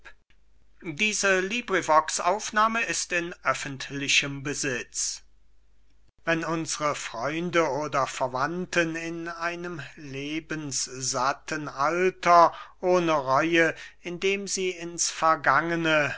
xx kleonidas an aristipp wenn unsre freunde oder verwandten in einem lebenssatten alter ohne reue indem sie ins vergangene